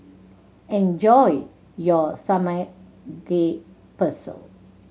enjoy your Samgeyopsal